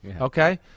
Okay